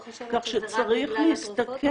את לא חושבת שזה רק בגלל התרופות,